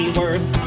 worth